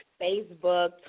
Facebook